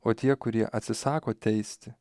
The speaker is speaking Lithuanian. o tie kurie atsisako teisti